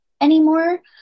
anymore